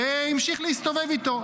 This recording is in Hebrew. והמשיך להסתובב איתו.